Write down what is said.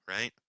right